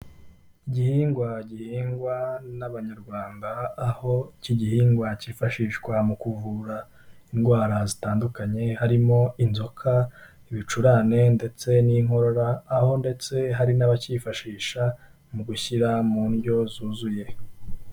Igihingwa gihingwa n'Abanyarwanda, aho iki igihingwa cyifashishwa mu kuvura indwara zitandukanye harimo inzoka, ibicurane ndetse n'inkorora aho ndetse hari n'abacyifashisha mu gushyira mu ndyo zuzuye.